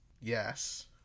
Yes